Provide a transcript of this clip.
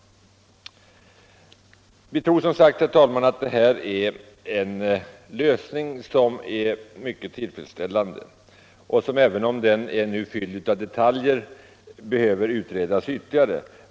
Vi finner som sagt, herr talman, detta vara en mycket tillfredsställande lösning. Men även om den redan nu är ganska detaljerad behöver den utredas ytterligare.